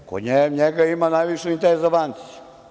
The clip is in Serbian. Kod njega ima najviše u Inteza banci.